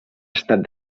estat